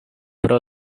pro